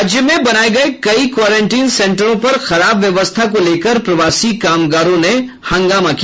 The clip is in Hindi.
राज्य में बनाये गये कई क्वारेंटाइन सेंटरों पर खराब व्यवस्था को लेकर प्रवासी कामगारों ने हंगामा किया